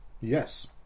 Yes